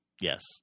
yes